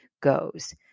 goes